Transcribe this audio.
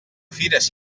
fires